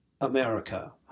america